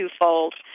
twofold